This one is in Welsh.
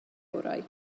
orau